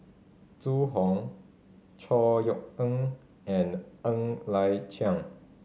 Zhu Hong Chor Yeok Eng and Ng Liang Chiang